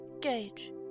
Gage